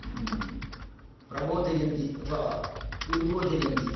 प्रबोधयन्ति अथवा उद्बोधयन्ति